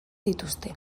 dituzte